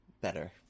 better